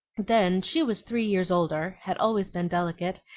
then she was three years older, had always been delicate,